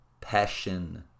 Passion